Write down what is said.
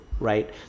Right